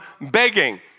Begging